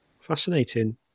Fascinating